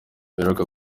baheruka